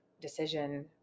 decision